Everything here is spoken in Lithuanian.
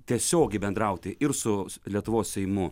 tiesiogiai bendrauti ir su lietuvos seimu